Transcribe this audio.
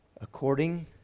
according